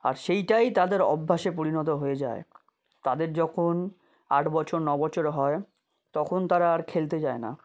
আর সেইটাই তাদের অভ্যাসে পরিণত হয়ে যায় তাদের যখন আট বছর ন বছর হয় তখন তারা আর খেলতে যায় না